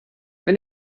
wenn